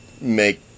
make